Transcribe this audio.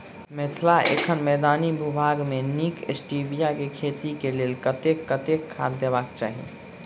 मिथिला एखन मैदानी भूभाग मे नीक स्टीबिया केँ खेती केँ लेल कतेक कतेक खाद देबाक चाहि?